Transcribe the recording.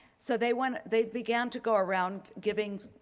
so they went they began to go around giving